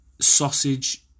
sausage